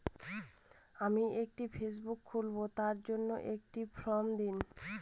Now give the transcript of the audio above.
আমি একটি ফেসবুক খুলব তার জন্য একটি ফ্রম দিন?